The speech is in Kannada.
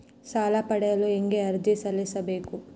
ಸಾಲ ಪಡೆಯಲು ಹೇಗೆ ಅರ್ಜಿ ಸಲ್ಲಿಸಬೇಕು?